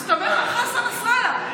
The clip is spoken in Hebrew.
הסתמך על חסן נסראללה.